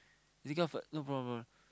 take out first no problem no problem